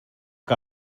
que